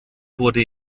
wurde